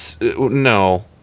no